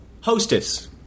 Hostess